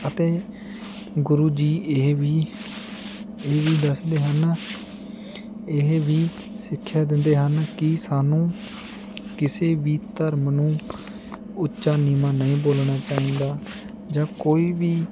ਅਤੇ ਗੁਰੂ ਜੀ ਇਹ ਵੀ ਇਹ ਵੀ ਦੱਸਦੇ ਹਨ ਇਹ ਵੀ ਸਿੱਖਿਆ ਦਿੰਦੇ ਹਨ ਕਿ ਸਾਨੂੰ ਕਿਸੇ ਵੀ ਧਰਮ ਨੂੰ ਉੱਚਾ ਨੀਵਾਂ ਨਹੀਂ ਬੋਲਣਾ ਚਾਹੀਦਾ ਜਾਂ ਕੋਈ ਵੀ